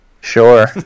sure